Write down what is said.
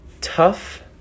Tough